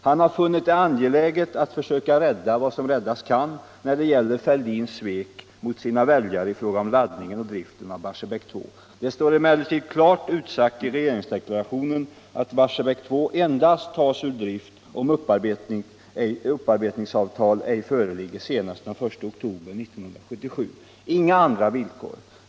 Han har funnit det angeläget att försöka rädda vad som räddas kan när det gäller Fälldins svek mot sina väljare i fråga om laddningen och driften av Barsebäck 2. Det står emellertid klart utsagt i regeringsdeklarationen att Barsebäck 2 endast tas ur drift om upparbetningsavtal ej föreligger senast den I oktober 1977. Inga andra villkor.